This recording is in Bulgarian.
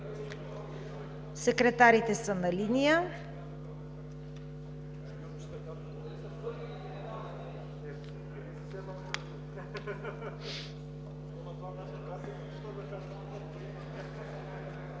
Секретарите са на линия.